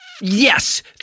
Yes